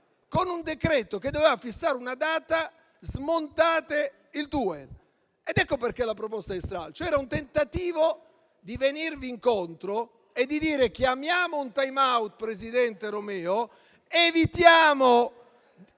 con un decreto che doveva fissare una data? Smontate il TUEL. Ecco perché la proposta di stralcio: era un tentativo di venirvi incontro e di dire chiamiamo un *time out,* presidente Romeo, evitiamo